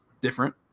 different